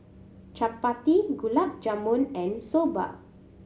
Chapati Gulab Jamun and Soba